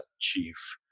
chief